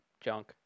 junk